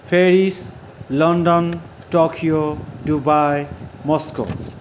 Paris London Tokyo Dubai Moscow